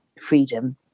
freedom